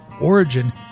Origin